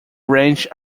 range